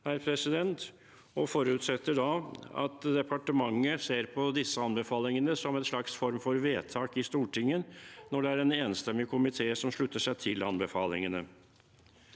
og forutsetter da at departementet ser på disse anbefalingene som en form for vedtak i Stortinget, når det er en enstemmig komité som slutter seg til anbefalingene.